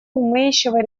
умеющего